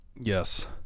Yes